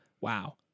wow